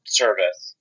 service